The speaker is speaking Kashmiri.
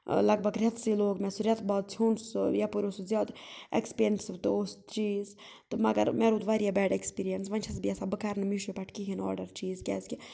لگ بگ رٮ۪تھسٕے لوگ مےٚ سُہ رٮ۪تھ بعد ژھیوٚن سُہ یَپٲرۍ اوس سُہ زیادٕ اٮ۪کسپینسِو تہِ اوس سُہ چیٖز تہٕ مگر مےٚ روٗد واریاہ بیڈ اٮ۪کسپیٖریَنٕس وۄنۍ چھَس بہٕ یَژھان بہٕ کَرٕ نہٕ میٖشو پٮ۪ٹھ کِہیٖنۍ آڈَر چیٖز کیٛازِکہِ